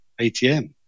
ATM